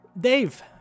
Dave